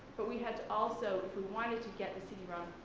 but we had to also if we wanted to get the cd-rom,